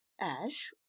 ash